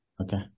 Okay